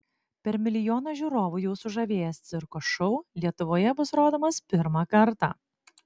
per milijoną žiūrovų jau sužavėjęs cirko šou lietuvoje bus rodomas pirmą kartą